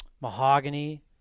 mahogany